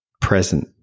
present